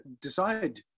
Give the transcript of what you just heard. decide